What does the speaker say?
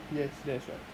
yes yes